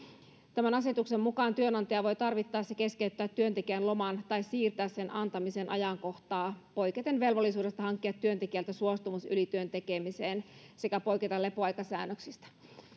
tämän asetuksen mukaan työnantaja voi tarvittaessa keskeyttää työntekijän loman tai siirtää sen antamisen ajankohtaa poiketen velvollisuudesta hankkia työntekijältä suostumus ylityön tekemiseen sekä poiketen lepoaikasäännöksistä